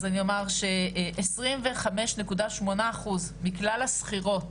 אז אני אומר ש- 25.8 אחוזים מכלל השכירות